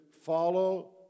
follow